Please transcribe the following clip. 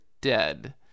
dead